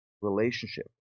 relationship